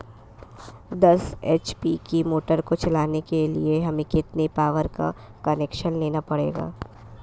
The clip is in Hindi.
दस एच.पी की मोटर को चलाने के लिए हमें कितने पावर का कनेक्शन लेना पड़ेगा?